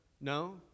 No